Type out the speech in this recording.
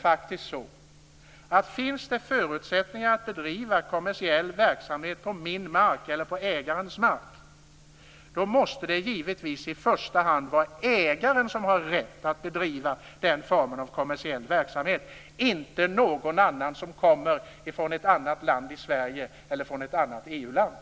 Finns det förutsättningar att bedriva kommersiell verksamhet på ägarens mark, då måste det givetvis i första hand vara ägaren som har rätt att bedriva den formen av kommersiell verksamhet, inte någon annan som kommer från en annan ort i Sverige eller från ett annat EU-land.